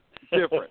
different